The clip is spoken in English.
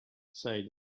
said